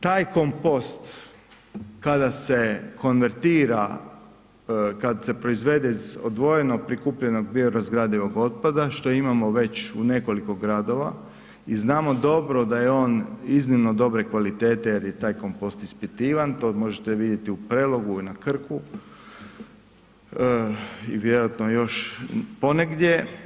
Taj kompost kada se konvertira, kad se proizvede odvojeno od prikupljenog biorazgradivog otpada što imamo već u nekoliko gradova i znamo dobro da je on iznimno dobre kvalitete jer je taj kompost ispitivan, to možete vidjeti u Prelogu na Krku i vjerojatno još ponegdje.